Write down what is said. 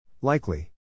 Likely